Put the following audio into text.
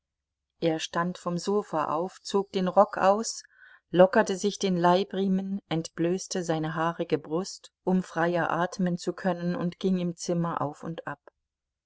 er stand vom sofa auf zog den rock aus lockerte sich den leibriemen entblößte seine haarige brust um freier atmen zu können und ging im zimmer auf und ab